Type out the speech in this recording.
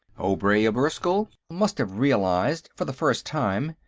obray of erskyll must have realized, for the first time,